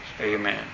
Amen